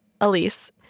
Elise